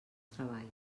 treballs